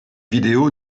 vidéo